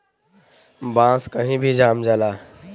बांस कही भी जाम जाला